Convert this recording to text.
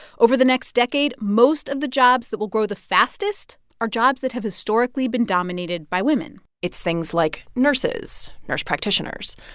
over the next decade, most of the jobs that will grow the fastest are jobs that have historically been dominated by women it's things like nurses, nurse practitioners.